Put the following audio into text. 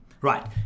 right